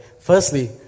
Firstly